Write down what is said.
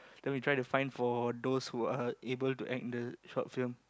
then we try to find for those who are able to act in the short film